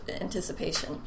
anticipation